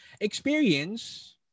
experience